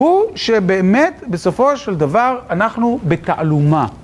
הוא שבאמת בסופו של דבר אנחנו בתעלומה.